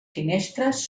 finestres